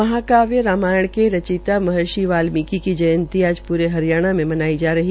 महाकाव्य रामायण के रचयिता महर्षि वाल्मीकि की जयंती आज प्रे हरियाणा में मनाई गई